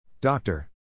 Doctor